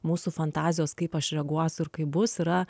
mūsų fantazijos kaip aš reaguosiu ir kaip bus yra